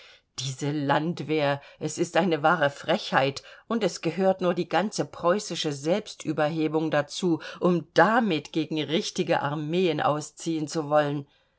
diese landwehr es ist eine wahre frechheit und es gehört nur die ganze preußische selbstüberhebung dazu um damit gegen richtige armeen ausziehen zu wollen